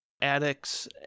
addicts